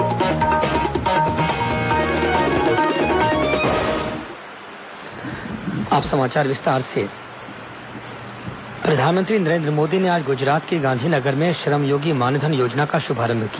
श्रमयोगी मानधन योजना प्रधानमंत्री नरेन्द्र मोदी ने आज गुजरात के गांधीनगर में श्रमयोगी मानधन योजना का शुभारंभ किया